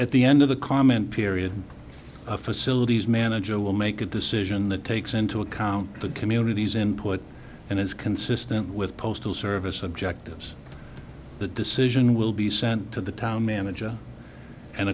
at the end of the comment period facilities manager will make a decision that takes into account the community's input and is consistent with postal service objectives the decision will be sent to the town manager and